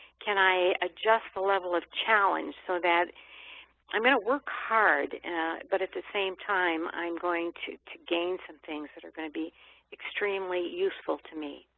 can i adjust the level of challenge so that i'm going to work hard but at the same time i'm going to to gain some things that are going to be extremely useful to me.